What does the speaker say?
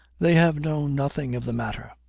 they have known nothing of the matter,